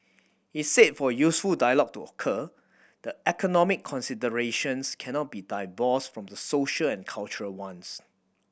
he said for useful dialogue to occur the economic considerations cannot be divorced from the social and cultural ones